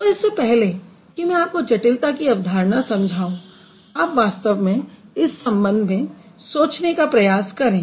तो इससे पहले कि मैं आपको जटिलता की अवधारणा समझाऊँ आप वास्तव में इस संबंध में सोचने का प्रयास करें